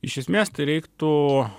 iš esmės tai reiktų